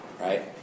right